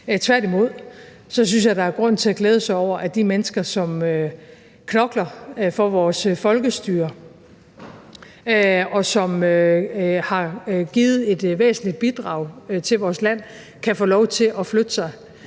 Tværtimod synes jeg, der er grund til at glæde sig over, at de mennesker, som knokler for vores folkestyre, og som har givet et væsentligt bidrag til vores land, kan få lov til at flytte sig